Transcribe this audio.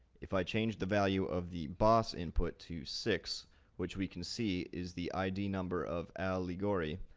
if i change the value of the boss input to six which we can see is the id number of al ligori,